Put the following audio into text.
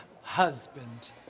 husband